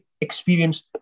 experience